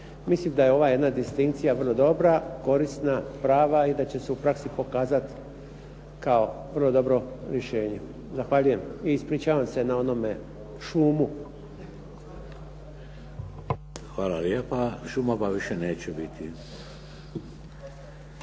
Mislim da je ova jedna distinkcija vrlo dobra, korisna, prava i da će se u praksi pokazati kao vrlo dobro rješenje. Zahvaljujem i ispričavam se na onome šumu. **Šeks, Vladimir (HDZ)** Hvala lijepa. Šumova više neće biti.